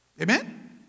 amen